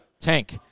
Tank